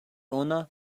owner